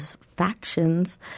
factions